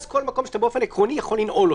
כל מקום שאתה באופן עקרוני יכול לנעול,